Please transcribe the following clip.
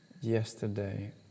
yesterday